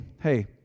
hey